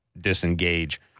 disengage